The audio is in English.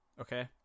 okay